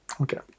Okay